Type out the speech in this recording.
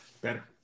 Better